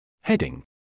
Heading